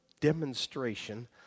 demonstration